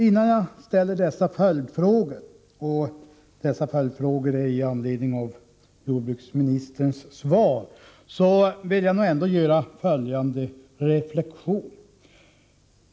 Innan jag ställer dessa följdfrågor — de ställs i anledning av jordbruksministerns svar — vill jag göra följande reflexion.